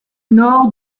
nord